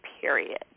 period